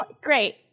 Great